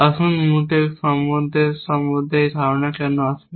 আসুন মুটেক্স সম্পর্কের এই ধারণা কেন আসবে